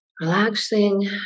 Relaxing